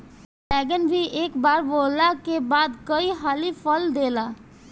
बैगन भी एक बार बोअला के बाद कई हाली फल देला